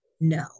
no